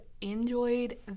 enjoyed